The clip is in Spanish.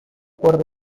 por